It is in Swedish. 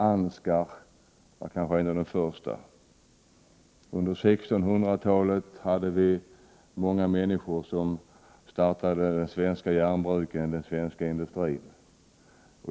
Ansgar var kanske en av de första. Under 1600-talet kom det många människor som startade de svenska järnbruken och den svenska industrin.